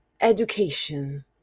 education